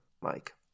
Mike